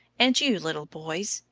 and you, little boys,